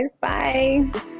Bye